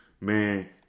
man